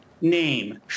name